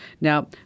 Now